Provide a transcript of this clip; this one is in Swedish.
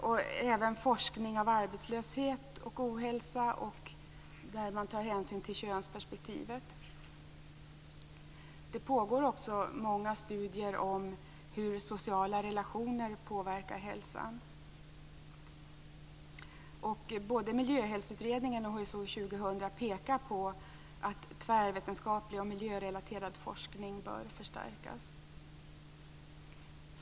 I forskningen skall även arbetslöshet-ohälsa och könsperspektivet tas med. Det pågår också många studier om hur sociala relationer påverkar hälsan. Både i Miljöhälsoutredningen och i HSU 2000 pekar man på att tvärvetenskaplig och miljörelaterad forskning bör förstärkas.